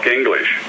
English